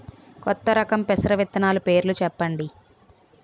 కొత్త రకం పెసర విత్తనాలు పేర్లు చెప్పండి?